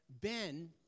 Ben